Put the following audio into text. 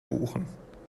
buchen